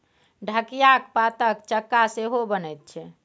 ठढियाक पातक चक्का सेहो बनैत छै